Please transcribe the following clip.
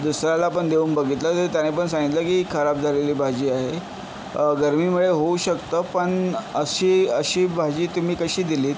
दुसऱ्यालापण देऊन बघितलं तर त्यानेपण सांगितलं की खराब झालेली भाजी आहे गरमीमुळे होऊ शकतं पण अशी अशी भाजी तुम्ही कशी दिलीत